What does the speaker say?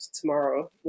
tomorrow